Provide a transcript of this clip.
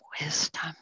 wisdom